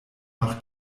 noch